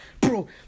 bro